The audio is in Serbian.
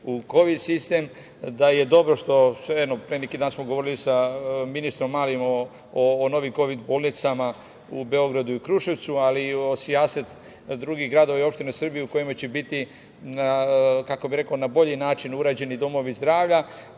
kovid sistem, da je dobro što, eto, pre neki dan smo govorili sa ministrom Malim o novim kovid bolnicama u Beogradu i Kruševcu, ali o sijaset drugih gradova i opština Srbije u kojima će biti na bolji način uređeni domovi zdravlja,